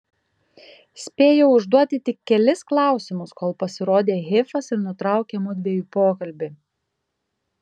spėjau užduoti tik kelis klausimus kol pasirodė hifas ir nutraukė mudviejų pokalbį